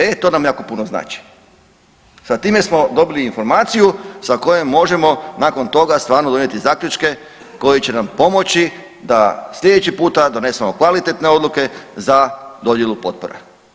E, to nam jako puno znači, sa time smo dobili informaciju sa kojom možemo nakon toga stvarno donijeti zaključke koji će nam pomoći da slijedeći puta donesemo kvalitetne odluke za dodjelu potpora.